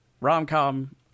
rom-com